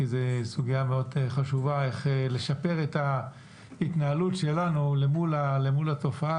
כי זו סוגיה מאוד חשובה איך לשפר את ההתנהלות שלנו למול התופעה,